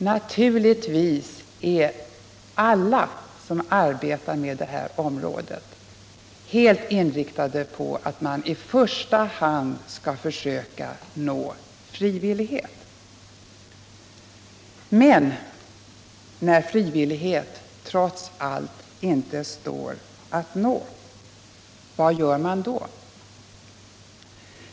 Naturligtvis är alla som arbetar på det här området helt inriktade på att man i första hand skall försöka nå frivillighet. Men när en person trots allt inte frivilligt vill underkasta sig vård, vad gör man då?